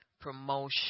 promotion